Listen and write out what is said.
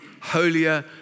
holier